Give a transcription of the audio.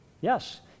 Yes